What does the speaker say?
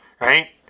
right